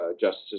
justices